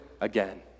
again